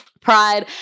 Pride